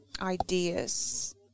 ideas